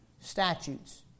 statutes